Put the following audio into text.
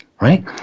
right